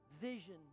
vision